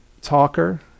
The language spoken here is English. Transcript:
talker